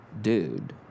dude